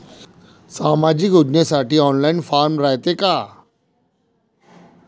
सामाजिक योजनेसाठी online form रायते का?